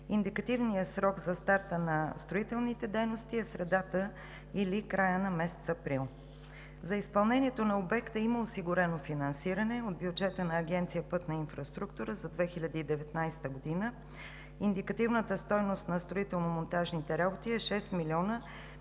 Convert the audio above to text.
Индикативният срок за старта на строителните дейности е средата или края на месец април. За изпълнението на обекта има осигурено финансиране от бюджета на Агенция „Пътна инфраструктура“ за 2019 г. Индикативната стойност на строително-монтажните работи е 6 млн.